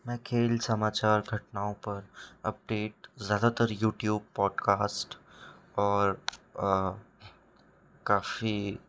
मैं खेल समाचार घटनाओं पर अपडेट ज़्यादातर यूट्यूब पॉडकास्ट और काफ़ी